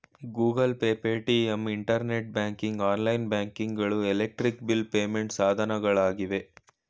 Google Pay, Paytm, internet banking, online banking ಗಳು electric bill payment ಸಾಧನಗಳಾಗಿವೆ